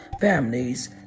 families